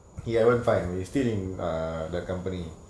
he haven't find still in err the company